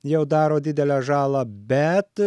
jau daro didelę žalą bet